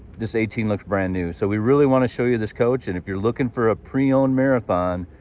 this eighteen looks brand new. so we really wanna show you this coach, and if you're looking for a pre-owned marathon,